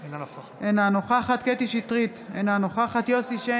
אינה נוכחת יוסף שיין,